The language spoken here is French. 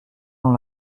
dans